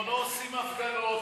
פה לא עושים הפגנות,